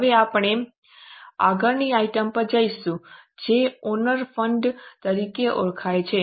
હવે આપણે આગલી આઇટમ પર જઈશું જે ઓનર ફંડ તરીકે ઓળખાય છે